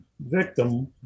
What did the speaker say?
victim